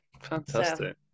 Fantastic